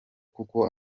kuko